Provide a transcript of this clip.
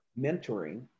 mentoring